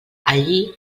allí